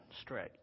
straight